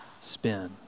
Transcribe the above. spin